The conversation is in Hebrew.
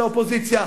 של האופוזיציה.